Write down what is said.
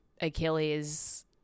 achilles